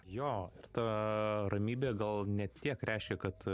jo ir ta ramybė gal ne tiek reiškia kad